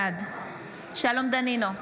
בעד שלום דנינו,